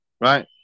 Right